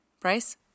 Bryce